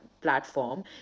platform